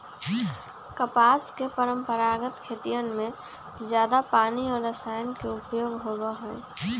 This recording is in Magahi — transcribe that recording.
कपास के परंपरागत खेतियन में जादा पानी और रसायन के उपयोग होबा हई